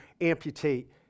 amputate